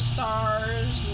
Stars